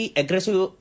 aggressive